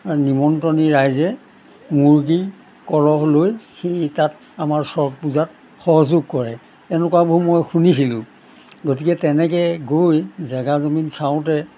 নিমন্ত্ৰণী ৰাইজে মুৰ্গী কলহ লৈ সেই তাত আমাৰ চক পূজাত সহযোগ কৰে এনেকুৱাবোৰ মই শুনিছিলোঁ গতিকে তেনেকৈ গৈ জেগা জমিন চাওঁতে